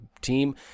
team